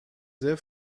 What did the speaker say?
sehr